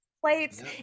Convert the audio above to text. plates